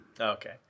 okay